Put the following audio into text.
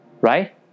right